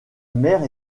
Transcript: mère